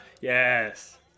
yes